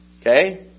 okay